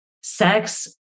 sex